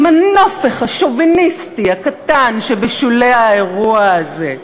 עם הנופך השוביניסטי הקטן שבשולי האירוע הזה.